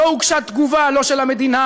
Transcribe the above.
לא הוגשה תגובה לא של המדינה,